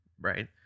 right